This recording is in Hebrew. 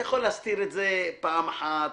אתה יכול להסתיר את זה פעם אחת,